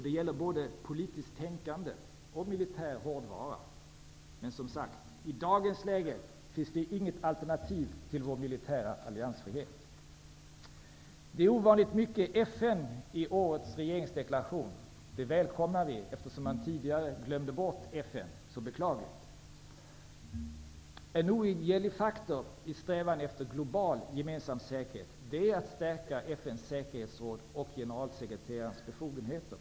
Det gäller både politiskt tänkande och militär hårdvara. Men som sagt: i dagens läge finns det inget alternativ till vår militära alliansfrihet. Det talas ovanligt mycket om FN i årets regeringsdeklaration. Det välkomnar vi, eftersom man tidigare så beklagligt glömde bort FN. En oundgänglig faktor i strävan efter global gemensam säkerhet är att stärka FN:s säkerhetsråd och generalsekreterarens befogenheter.